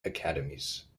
academies